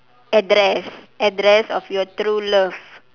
address address of your true love